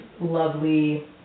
lovely